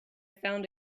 found